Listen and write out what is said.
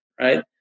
right